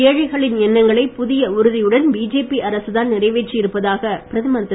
ஏழைகளின் எண்ணங்களை புதிய உறுதியுடன் பிஜேபி அரசுதான் நிறைவேற்றி இருப்பதாக பிரதமர் திரு